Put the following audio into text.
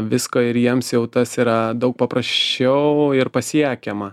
visko ir jiems jau tas yra daug paprasčiau ir pasiekiama